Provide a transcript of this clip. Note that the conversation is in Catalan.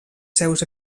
seus